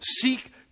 seek